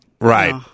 Right